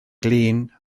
glin